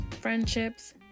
friendships